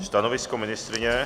Stanovisko ministryně?